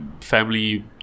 Family